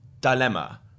dilemma